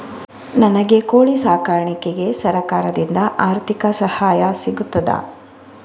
ನನಗೆ ಕೋಳಿ ಸಾಕಾಣಿಕೆಗೆ ಸರಕಾರದಿಂದ ಆರ್ಥಿಕ ಸಹಾಯ ಸಿಗುತ್ತದಾ?